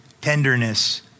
tenderness